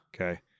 Okay